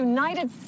United